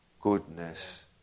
Goodness